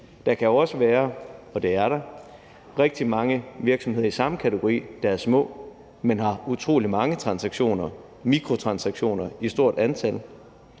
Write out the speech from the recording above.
det er der – rigtig mange virksomheder i samme kategori, der er små, men som har utrolig mange transaktioner, mikrotransaktioner, i stort antal.